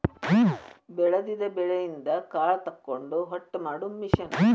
ಬೆಳದಿದ ಬೆಳಿಯಿಂದ ಕಾಳ ತಕ್ಕೊಂಡ ಹೊಟ್ಟ ಮಾಡು ಮಿಷನ್